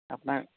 আপোনাৰ